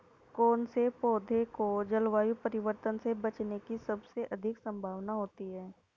कौन से पौधे को जलवायु परिवर्तन से बचने की सबसे अधिक संभावना होती है?